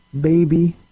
baby